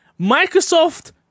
Microsoft